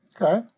Okay